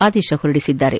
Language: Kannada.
ಆದೇಶ ಹೊರಡಿಸಿದ್ದಾರೆ